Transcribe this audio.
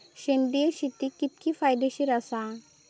सेंद्रिय शेती कितकी फायदेशीर आसा?